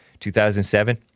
2007